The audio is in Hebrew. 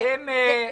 לא אמרנו.